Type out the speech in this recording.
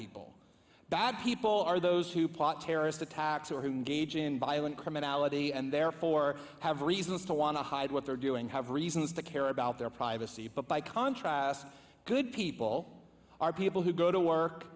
people bad people are those who plot terrorist attacks or who engage in violent criminality and therefore have reasons to want to hide what they're doing have reasons to care about their privacy but by contrast good people are people who go to work